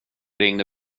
ringde